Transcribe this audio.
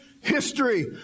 history